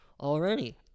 already